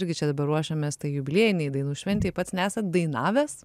irgi dabar ruošiamės tai jubiliejinei dainų šventei pats nesat dainavęs